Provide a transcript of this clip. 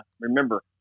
remember